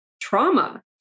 trauma